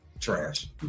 Trash